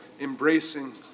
embracing